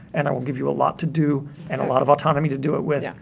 and i will give you a lot to do and a lot of autonomy to do it with. yeah